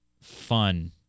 fun